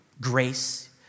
grace